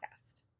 podcast